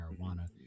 marijuana